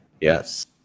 Yes